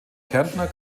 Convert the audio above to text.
kärntner